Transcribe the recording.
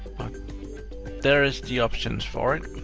but there is the options for it.